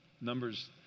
Numbers